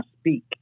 speak